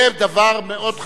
זה דבר מאוד חשוב.